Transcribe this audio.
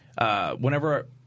whenever